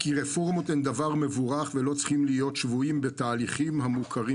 הן דבר מבורך ולא צריכים להיות שבויים בתהליכים המוכרים